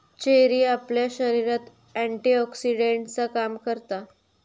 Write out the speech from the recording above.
cherry आपल्या शरीरात एंटीऑक्सीडेंटचा काम करता